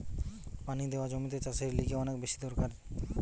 পানি দেওয়া জমিতে চাষের লিগে অনেক বেশি দরকার